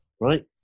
right